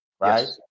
right